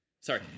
Sorry